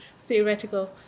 theoretical